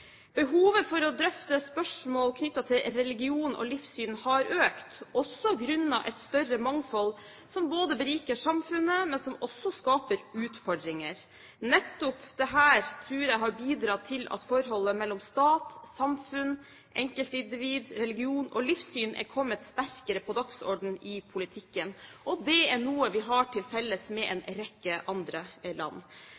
Behovet for å drøfte spørsmål knyttet til religion og livssyn har økt, også grunnet et større mangfold, som beriker samfunnet, men som også skaper utfordringer. Nettopp dette tror jeg har bidratt til at forholdet mellom stat, samfunn, enkeltindivid, religion og livssyn er kommet sterkere på dagsordenen i politikken. Det er noe vi har til felles med en